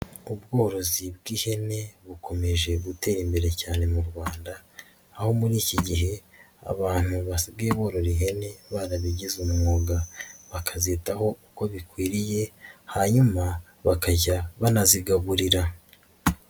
Ubworozi bw'ihene bukomeje gutera imbere cyane mu Rwanda, aho muri iki gihe abantu basigage borora ihene barabigize umwuga, bakazitaho uko bikwiriye, hanyuma bakajya banazigaburira.